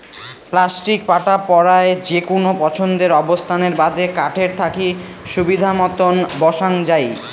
plastic পাটা পরায় যেকুনো পছন্দের অবস্থানের বাদে কাঠের থাকি সুবিধামতন বসাং যাই